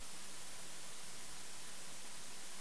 אז אני אומר: אני